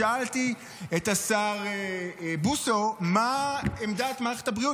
שאלתי את השר בוסו מה עמדת מערכת הבריאות